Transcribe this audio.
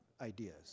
ideas